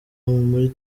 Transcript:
muri